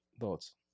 Thoughts